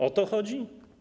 O to chodzi?